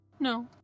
No